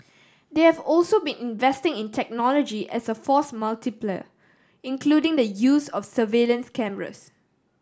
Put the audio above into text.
they have also been investing in technology as a force multiplier including the use of surveillance cameras